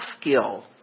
skill